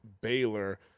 Baylor